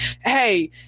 hey